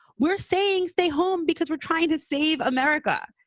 we're saying stay home because we're trying to save america.